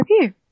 review